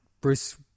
Bruce